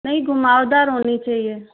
नहीं घुमावदार होनी चाहिए